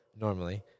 normally